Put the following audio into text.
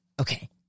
Okay